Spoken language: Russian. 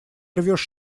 рвешь